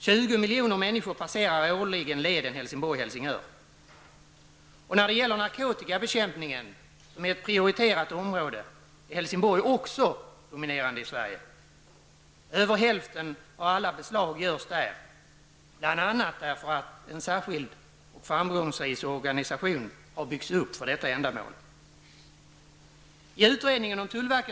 20 miljoner människor passerar årligen via leden Helsingborg-- När det gäller narkotikabekämpningen, som är ett prioriterat område, är Helsingborg också dominerande i Sverige. Över hälften av alla beslag görs där, bl.a. därför att en särskild och framgångsrik organisation har byggts upp för detta ändamål.